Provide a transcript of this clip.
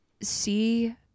see